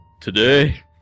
Today